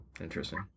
Interesting